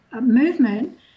movement